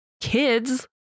kids